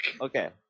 okay